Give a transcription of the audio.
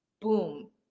boom